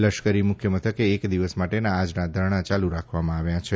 લશ્કરી મુખ્ય મથકે એક દિવસ માટેના આજના ધરણા ચાલુ રાખવામાં આવ્યા છે